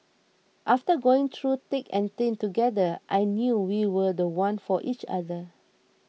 after going through thick and thin together I knew we were the one for each other